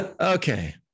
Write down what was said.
Okay